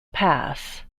pass